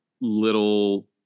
little